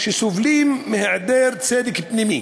שסובלים מהיעדר צדק פנימי